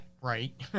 right